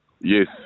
Yes